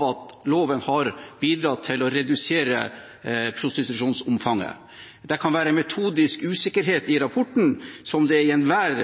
at loven har bidratt til å redusere omfanget av prostitusjon. Det kan være en metodisk usikkerhet i rapporten – som i enhver